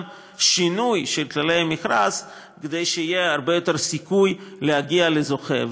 שינוי של כללי המכרז כדי שיהיה הרבה יותר סיכוי להגיע לזוכה.